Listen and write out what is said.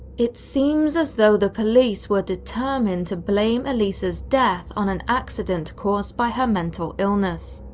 it seems as though the police were determined to blame elisa's death on an accident caused by her mental illness.